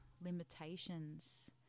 limitations